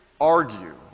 argue